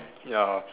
ya